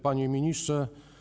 Panie Ministrze!